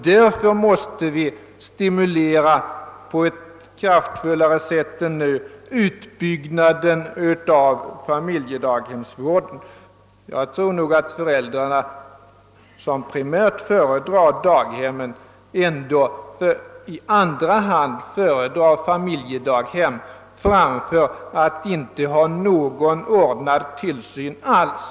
Därför måste vi stimulera: utbyggnaden av denna familjedaghemsvård på ett mera kraftfullt sätt än hittills. Jag tror alltså att föräldrar, som först föredrar daghem i andra hand ändå föredrar familjedaghem framför att inte ha någon ordnad tillsyn alls,